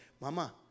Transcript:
Mama